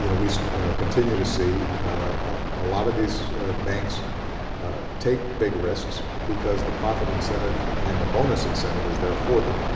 you know we continue to see a lot of these banks take big risks because the profit incentive and the bonus incentive is there for them.